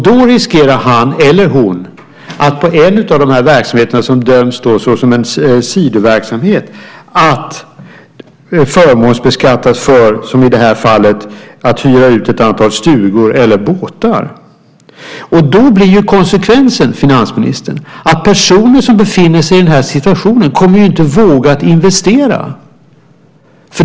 Då riskerar hon eller han att på en av de här verksamheterna som bedöms som en sidoverksamhet att förmånsbeskattas, i det här fallet för att hyra ut ett antal stugor eller båtar. Då blir konsekvensen, finansministern, att personer som befinner sig i den här situationen inte kommer att våga investera.